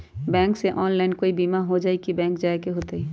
Bank से online कोई बिमा हो जाई कि बैंक जाए के होई त?